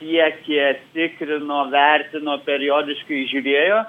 tiek kiek tikrino vertino periodiškai žiūrėjo